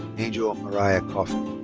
angel mariah coffin.